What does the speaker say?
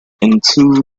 into